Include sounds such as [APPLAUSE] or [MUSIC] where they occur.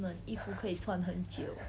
[LAUGHS]